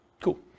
Cool